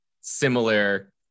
similar